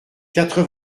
quatre